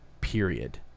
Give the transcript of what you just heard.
period